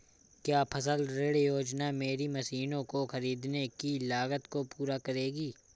क्या फसल ऋण योजना मेरी मशीनों को ख़रीदने की लागत को पूरा करेगी?